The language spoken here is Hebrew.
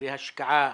והשקעה